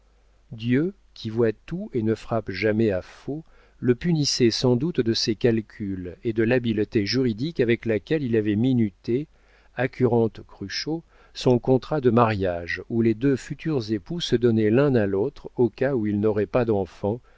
dieu qui voit tout et ne frappe jamais à faux le punissait sans doute de ses calculs et de l'habileté juridique avec laquelle il avait minuté accurante cruchot son contrat de mariage où les deux futurs époux se donnaient l'un à l'autre au cas où ils n'auraient pas d'enfants